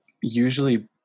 usually